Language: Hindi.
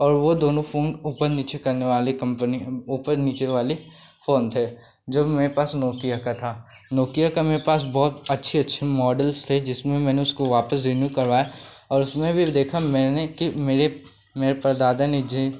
और वह दोनों फ़ोन ऊपर नीचे करने वाली कम्पनी ऊपर नीचे वाले फ़ोन थे जो भी मेरे पास नोकिया का था नोकिया का मेरे पास बहुत अच्छे अच्छे मॉडल्स थे जिसमें मैंने उसको वापिस रीन्यू करवाया और उसमें भी अब देखा मैंने कि मेरे मेरे परदादा ने जी